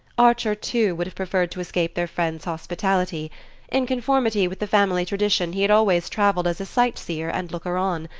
archer too would have preferred to escape their friends' hospitality in conformity with the family tradition he had always travelled as a sight-seer and looker-on,